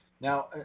Now